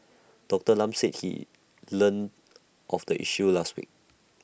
Doctor Lam said he learn of the issue last week